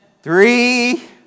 Three